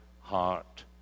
heart